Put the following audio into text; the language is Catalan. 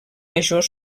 major